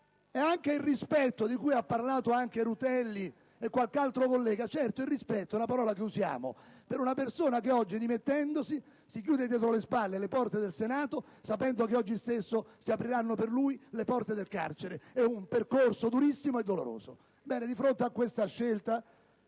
del rispetto, di cui ha parlato il senatore Rutelli e qualche altro collega: certo, rispetto è la parola che usiamo per una persona che oggi, dimettendosi, si chiude dietro le spalle le porte del Senato sapendo che oggi stesso si apriranno per lei le porte del carcere. È un percorso durissimo e doloroso. Ebbene, dietro questa scelta,